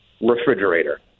refrigerator